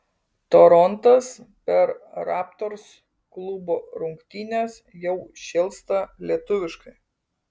torontas per raptors klubo rungtynes jau šėlsta lietuviškai